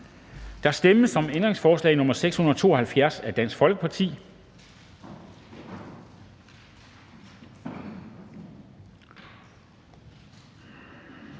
Der stemmes om ændringsforslag nr. 693 af DF, og der